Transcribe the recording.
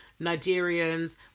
Nigerians